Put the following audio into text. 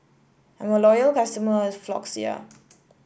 I'm a loyal customer of Floxia